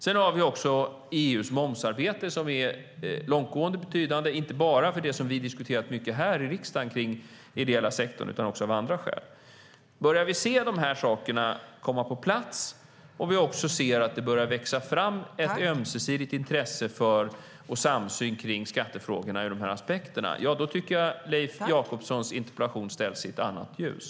Sedan har vi också EU:s momsarbete, som är långtgående och betydande, inte bara för det som vi diskuterar här i riksdagen när det gäller den ideella sektorn utan också av andra skäl. Börjar vi se dessa saker komma på plats och det också börjar växa fram ett ömsesidigt intresse för och en samsyn om skattefrågorna i de här aspekterna tycker jag att Leif Jakobssons interpellation ställs i ett annat ljus.